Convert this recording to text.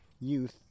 youth